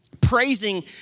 Praising